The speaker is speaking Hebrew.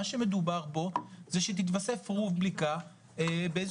מה שמדובר פה זה שתתווסף רובריקה באיזה